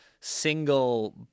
single